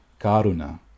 karuna